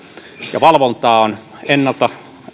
valvontaa on ennalta